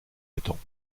étangs